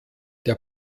der